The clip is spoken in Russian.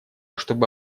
чтобы